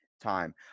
time